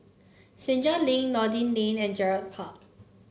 Senja Link Noordin Lane and Gerald Park